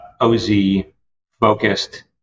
OZ-focused